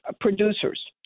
producers